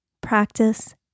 practice